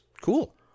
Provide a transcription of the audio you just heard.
cool